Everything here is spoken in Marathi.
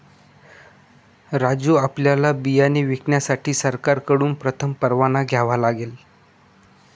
राजू आपल्याला बियाणे विकण्यासाठी सरकारकडून प्रथम परवाना घ्यावा लागेल